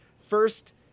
first